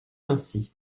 ainsi